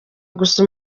gusa